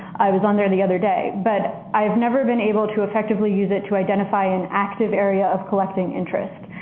i was on there the other day. but i've never been able to effectively use it to identify an active area of collecting interest.